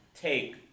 take